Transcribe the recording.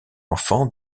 enfant